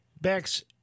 Bex